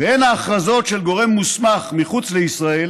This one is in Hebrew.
והן ההכרזות של גורם מוסמך מחוץ לישראל